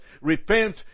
Repent